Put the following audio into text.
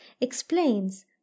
explains